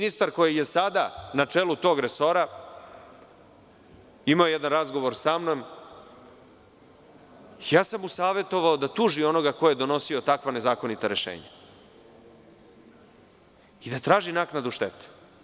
Ministar koji je sada na čelu tog resora, imao je jedan razgovor samnom, savetovao sam mu da tuži onoga ko je donosio takva nezakonita rešenja, i da traži naknadu štete.